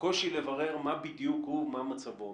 קושי לברר מה בדיוק הוא ומה מצבו.